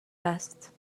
است